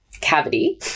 cavity